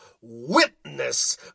witness